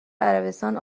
عربستان